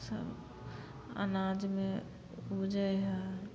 सभ अनाजमे उपजै हइ